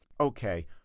Okay